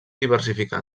diversificar